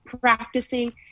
practicing